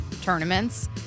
tournaments